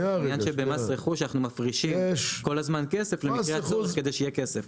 זה עניין שבמס רכוש אנחנו מפרישים כל הזמן כסף למקרה שצריך כסף.